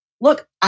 look